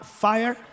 fire